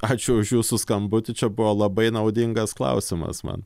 ačiū už jūsų skambutį čia buvo labai naudingas klausimas man